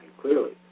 clearly